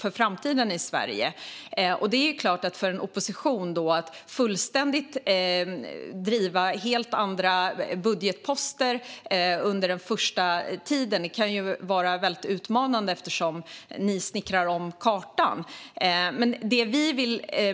Då kan det såklart vara utmanande för en opposition att driva helt andra budgetposter under den första tiden, eftersom ni snickrar om kartan.